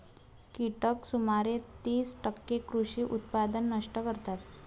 कीटक सुमारे तीस टक्के कृषी उत्पादन नष्ट करतात